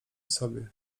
sobie